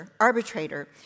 arbitrator